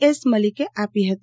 S મલીકે આપી ફતી